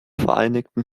vereinigten